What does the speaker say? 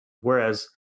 Whereas